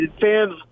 Fans